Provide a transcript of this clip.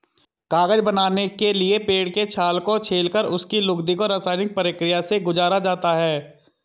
कागज बनाने के लिए पेड़ के छाल को छीलकर उसकी लुगदी को रसायनिक प्रक्रिया से गुजारा जाता है